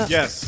Yes